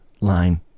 line